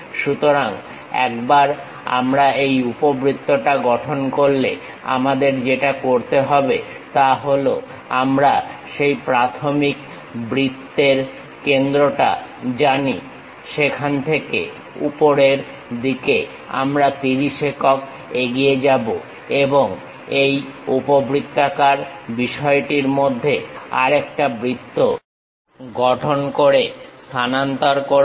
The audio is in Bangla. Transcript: সুতরাং একবার আমরা এই উপবৃত্তটা গঠন করলে আমাদের যেটা করতে হবে তা হলআমরা সেই প্রাথমিক বৃত্তের কেন্দ্রটা জানি সেখান থেকে উপরের দিকে আমরা 30 একক এগিয়ে যাব এবং এই উপবৃত্তাকার বিষয়টির মধ্যে আরেকটা বৃত্ত গঠন করে স্থানান্তর করব